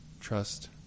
trust